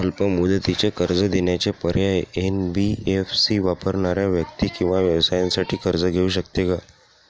अल्प मुदतीचे कर्ज देण्याचे पर्याय, एन.बी.एफ.सी वापरणाऱ्या व्यक्ती किंवा व्यवसायांसाठी कर्ज घेऊ शकते का?